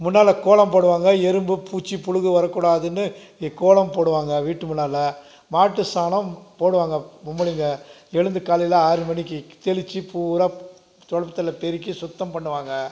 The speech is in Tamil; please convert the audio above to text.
முன்னால் கோலம் போடுவாங்க எறும்பு பூச்சி புழுகு வரக்கூடாதுனு கோலம் போடுவாங்க வீட்டு முன்னால் மாட்டு சாணம் போடுவாங்க பொம்பளைங்க எழுந்து காலையில் ஆறு மணிக்கு தெளித்து பூரா துடைப்பத்துல பெருக்கி சுத்தம் பண்ணுவாங்க